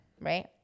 right